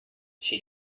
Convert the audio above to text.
she